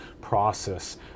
process